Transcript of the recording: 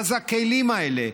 מה זה הכלים האלה?